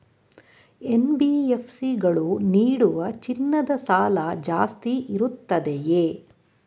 NBFC ಗಳು ನೀಡುವ ಚಿನ್ನದ ಸಾಲ ಜಾಸ್ತಿ ಇರುತ್ತದೆಯೇ?